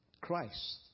Christ